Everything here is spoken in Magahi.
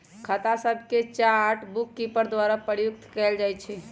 खता सभके चार्ट बुककीपर द्वारा प्रयुक्त कएल जाइ छइ